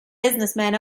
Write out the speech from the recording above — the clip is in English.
businessmen